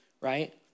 right